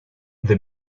the